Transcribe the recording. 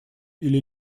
или